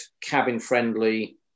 cabin-friendly